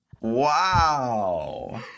Wow